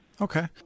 Okay